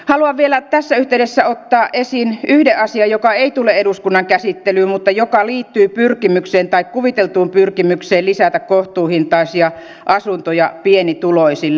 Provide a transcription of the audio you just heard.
haluan vielä tässä yhteydessä ottaa esiin yhden asian joka ei tule eduskunnan käsittelyyn mutta joka liittyy pyrkimykseen tai kuviteltuun pyrkimykseen lisätä kohtuuhintaisia asuntoja pienituloisille